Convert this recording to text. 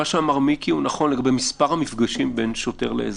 מה שאמר מיקי הוא נכון לגבי מספר המפגשים בין שוטר לאזרח,